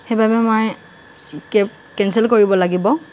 সেইবাবে মই cab cancel কৰিব লাগিব